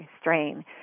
strain